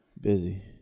Busy